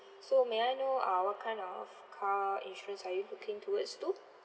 so may I know uh what kind of car insurance are you looking towards to